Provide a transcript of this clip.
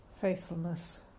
faithfulness